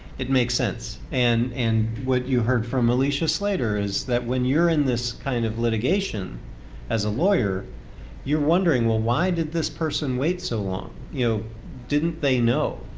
it makes sense. and and what you heard from alicia slater is that when you're in this kind of litigation as a lawyer you're wondering, well, why did this person wait so long? didn't they know?